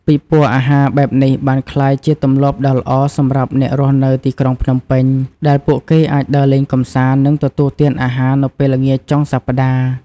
ពិព័រណ៍អាហារបែបនេះបានក្លាយជាទម្លាប់ដ៏ល្អសម្រាប់អ្នករស់នៅទីក្រុងភ្នំពេញ ដែលពួកគេអាចដើរលេងកម្សាន្ត និងទទួលទានអាហារនៅពេលល្ងាចចុងសប្ដាហ៍។